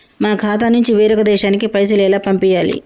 మా ఖాతా నుంచి వేరొక దేశానికి పైసలు ఎలా పంపియ్యాలి?